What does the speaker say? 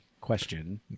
question